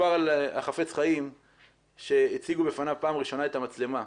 סופר על החפץ חיים שהציגו בפניו פעם ראשונה את המצלמה,